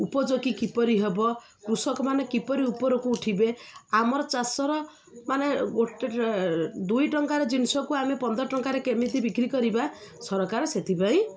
ଉପଯୋଗୀ କିପରି ହବ କୃଷକମାନେ କିପରି ଉପରକୁ ଉଠିବେ ଆମର ଚାଷର ମାନେ ଗୋଟେ ଦୁଇ ଟଙ୍କାର ଜିନିଷକୁ ଆମେ ପନ୍ଦର ଟଙ୍କାରେ କେମିତି ବିକ୍ରି କରିବା ସରକାର ସେଥିପାଇଁ